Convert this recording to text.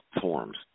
forms